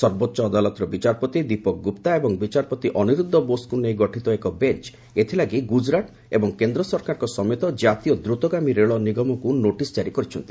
ସର୍ବୋଚ୍ଚ ଅଦାଲତର ବିଚାରପତି ଦୀପକ ଗୁପ୍ତା ଏବଂ ବିଚାରପତି ଅନିରୁଦ୍ଧ ବୋଷଙ୍କୁ ନେଇ ଗଠିତ ଏକ ବେଞ୍ଚ ଏଥିଲାଗି ଗୁଜରାଟ ଏବଂ କେନ୍ଦ୍ରସରକାରଙ୍କ ସମେତ ଜାତୀୟ ଦ୍ରତଗାମୀ ରେଳ ନିଗମକୁ ନୋଟିସ ଜାରି କରିଛନ୍ତି